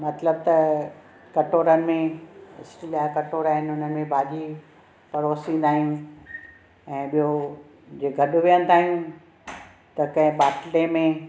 मतिलबु त कटोरनि में स्टील जा कटोरा आहिनि हुन में भाॼी परोसींदा आहियूं ऐं ॿियो गॾु विहंदा आहियूं त के ॿाटले में